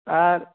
আর